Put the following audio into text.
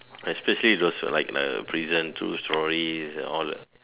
I especially those who like the prisons true story that all that